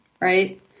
right